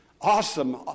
Awesome